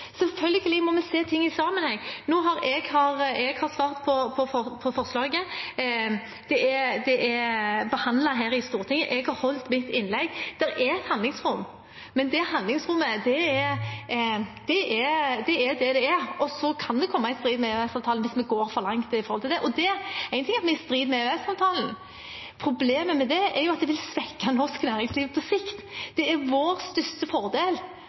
Selvfølgelig må vi se ting i sammenheng. Jeg har svart på forslaget, det er blitt behandlet her i Stortinget, og jeg har holdt mitt innlegg. Det er et handlingsrom, men det handlingsrommet er det det er, og så kan det komme i strid med EØS-avtalen hvis vi går for langt når det gjelder det. En ting er at vi er i strid med EØS-avtalen, men problemet med det er at det vil svekke norsk næringsliv på sikt. Det er vår største fordel